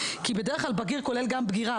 כי בדרך כלל "בגיר" כולל גם בגירה,